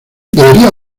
debería